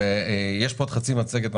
יש פה עוד חצי מצגת.